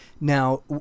now